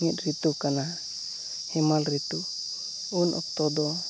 ᱢᱤᱫ ᱨᱤᱛᱩ ᱠᱟᱱᱟ ᱦᱮᱢᱟᱞ ᱨᱤᱛᱩ ᱩᱱ ᱚᱠᱛᱚᱫᱚ